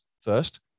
first